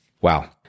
Wow